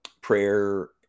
prayer